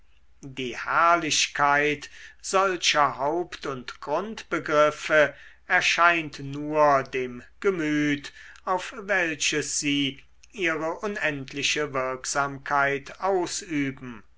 die herrlichkeit solcher haupt und grundbegriffe erscheint nur dem gemüt auf welches sie ihre unendliche wirksamkeit ausüben